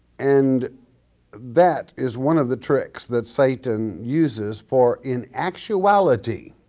and that is one of the tricks that satan uses for in actuality,